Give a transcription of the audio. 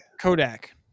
Kodak